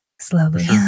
slowly